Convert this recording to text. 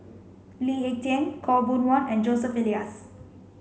Lee Ek Tieng Khaw Boon Wan and Joseph Elias